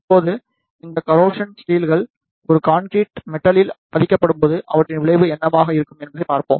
இப்போது இந்த கரோசன் ஸ்டீல்கள் ஒரு கான்கிரீட் மெட்டலில் பதிக்கப்படும்போது அவற்றின் விளைவு என்னவாக இருக்கும் என்று பார்ப்போம்